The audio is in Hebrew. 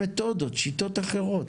צריכים מתודות, שיטות אחרות.